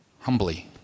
humbly